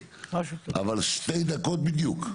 אבל שתי דקות בדיוק.